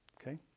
okay